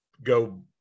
go